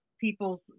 people's